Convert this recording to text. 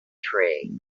tree